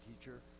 teacher